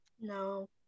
No